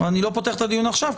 ואני לא פותח הדיון עכשיו,